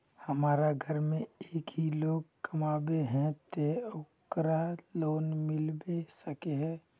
हमरा घर में एक ही लोग कमाबै है ते ओकरा लोन मिलबे सके है?